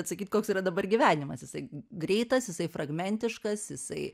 atsakyt koks yra dabar gyvenimas jisai greitas jisai fragmentiškas jisai